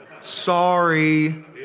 Sorry